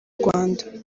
rwanda